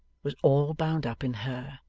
was all bound up in her.